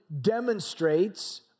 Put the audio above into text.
demonstrates